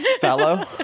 fellow